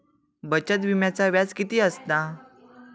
बचत विम्याचा व्याज किती असता?